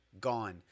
gone